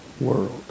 world